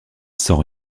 sans